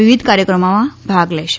વિવિધ કાર્યક્રમોમાં ભાગ લેશે